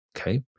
Okay